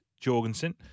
Jorgensen